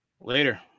Later